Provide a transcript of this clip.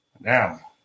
now